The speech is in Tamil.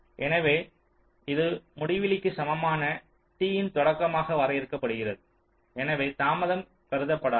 எனவே இது முடிவிலிக்கு சமமான t இன் தொடக்கமாக வரையறுக்கப்படுகிறது எனவே தாமதம் கருதப்படாது